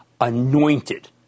anointed